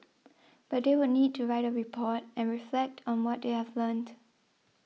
but they would need to write a report and reflect on what they have learnt